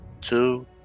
two